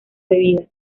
bebida